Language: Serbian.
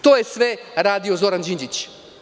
To je sve radio Zoran Đinđić.